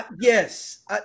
Yes